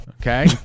Okay